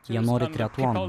jie nori triatlono